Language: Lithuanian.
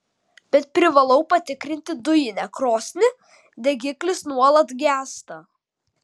bet privalau patikrinti dujinę krosnį degiklis nuolat gęsta